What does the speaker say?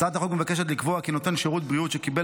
הצעת החוק מבקשת לקבוע כי נותן שירות בריאות שקיבל